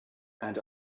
and